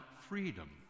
freedom